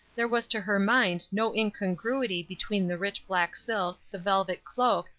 there was to her mind no incongruity between the rich black silk, the velvet cloak,